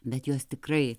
bet jos tikrai